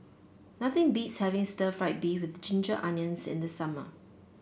nothing beats having Stir Fried Beef with Ginger Onions in the summer